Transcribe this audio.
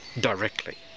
directly